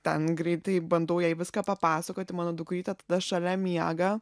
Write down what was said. ten greitai bandau jai viską papasakoti mano dukrytė tada šalia miega